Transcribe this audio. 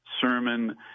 sermon